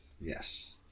Yes